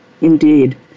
Indeed